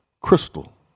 crystal